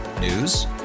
News